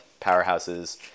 powerhouses